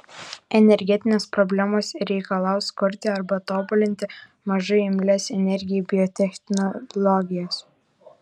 energetinės problemos reikalaus kurti arba tobulinti mažai imlias energijai biotechnologijas